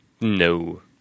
No